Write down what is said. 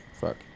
Fuck